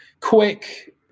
quick